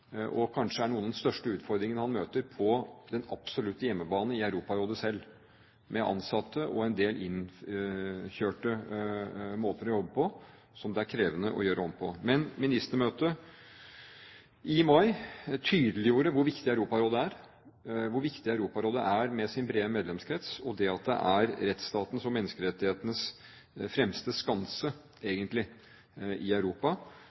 og kanskje er en av de største utfordringene han møter på den absolutte hjemmebane i Europarådet selv, med ansatte og en del innkjørte måter å jobbe på som det er krevende å gjøre om. Ministermøtet i mai tydeliggjorde hvor viktig Europarådet er, hvor viktig Europarådet er med sin brede medlemskrets, og det at det er rettsstatens og menneskerettighetenes fremste skanse, egentlig, i Europa.